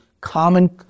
common